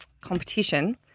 competition